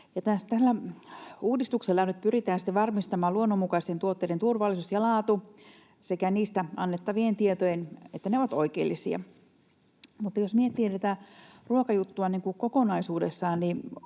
Tällä uudistuksella nyt pyritään sitten varmistamaan luonnonmukaisten tuotteiden turvallisuus ja laatu sekä se, että niistä annettavat tiedot ovat oikeellisia. Jos miettii tätä ruokajuttua niin kuin kokonaisuudessaan,